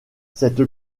cette